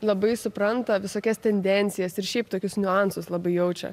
labai supranta visokias tendencijas ir šiaip tokius niuansus labai jaučia